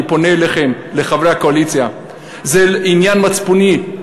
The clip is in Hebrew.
אני פונה אליכם, חברי הקואליציה: זה עניין מצפוני.